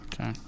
Okay